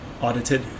audited